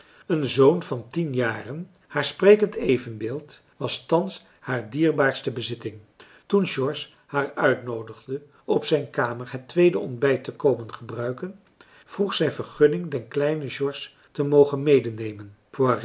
een zoon van tien jaren haar sprekend evenbeeld was thans haar dierbaarste bezitting toen george haar marcellus emants een drietal novellen uitnoodigde op zijn kamer het tweede ontbijt te komen gebruiken vroeg zij vergunning den kleinen george te mogen medenemen